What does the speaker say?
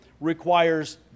requires